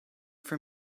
for